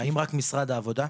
האם רק משרד העבודה?